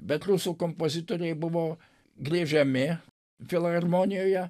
bet rusų kompozitoriai buvo griežiami filharmonijoje